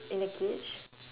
in a cage